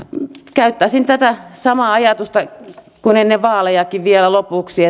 käyttäisin tätä samaa ajatusta kuin ennen vaalejakin vielä lopuksi